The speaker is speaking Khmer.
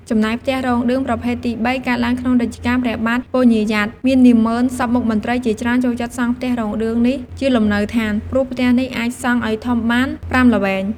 ចំណែក ផ្ទះរោងឌឿងប្រភេទទី៣ កើតឡើងក្នុងរជ្ជកាលព្រះបាទពញាយ៉ាត មាននាម៉ឺន សព្វមុខមន្ត្រីជាច្រើនចូលចិត្តសង់ផ្ទះរោងឌឿងនេះជាលំនៅឋាន ព្រោះផ្ទះនេះអាចសង់ឲ្យធំបាន ៥ល្វែង ។